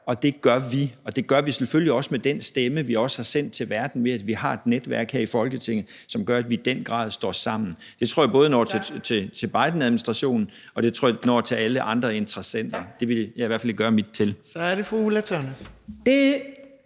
og det gør vi, og det gør vi selvfølgelig også med den stemme, vi også har sendt til verden, ved at vi har et netværk her i Folketinget, som gør, at vi i den grad står sammen. Det tror jeg både når til Bidenadministrationen, og det tror jeg når til alle andre interessenter. Det vil jeg i hvert fald gøre mit til. Kl. 14:58 Fjerde